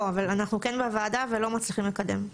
לא, אבל אנחנו כן בוועדה ולא מצליחים לקדם.